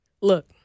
Look